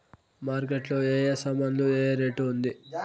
Market లో ఏ ఏ సామాన్లు ఏ ఏ రేటు ఉంది?